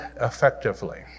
effectively